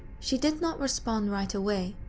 she did not respond right away.